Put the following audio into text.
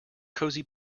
cosy